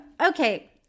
Okay